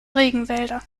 regenwälder